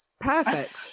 Perfect